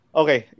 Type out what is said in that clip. okay